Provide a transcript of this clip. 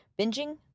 binging